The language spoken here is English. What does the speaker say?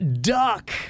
duck